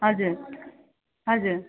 हजुर हजुर